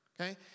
Okay